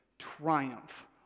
triumph